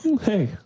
Hey